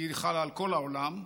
היא חלה בכל העולם,